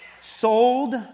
Sold